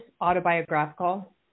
autobiographical